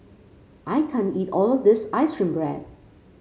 I can't eat all of this ice cream bread